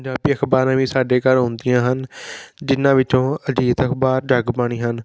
ਪੰਜਾਬੀ ਅਖਬਾਰਾਂ ਵੀ ਸਾਡੇ ਘਰ ਆਉਂਦੀਆਂ ਹਨ ਜਿਨ੍ਹਾਂ ਵਿੱਚੋਂ ਅਜੀਤ ਅਖਬਾਰ ਜਗਬਾਣੀ ਹਨ